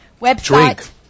website